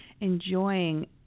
enjoying